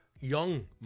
young